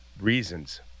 reasons